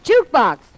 Jukebox